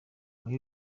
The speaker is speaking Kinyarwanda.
muri